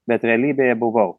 bet realybėje buvau